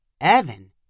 Evan